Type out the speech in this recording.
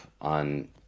on